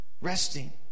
Resting